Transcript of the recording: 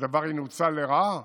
שהדבר ינוצל לרעה